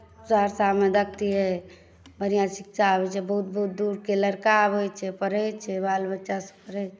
सहरसामे देखतियै बढ़िआँ शिक्षा होइत छै बहुत बहुत दूरके लड़का आबैत छै पढ़ैत छै बाल बच्चा सुधरैत छै